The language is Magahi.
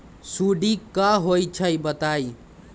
सुडी क होई छई बताई?